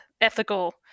ethical